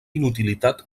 inutilitat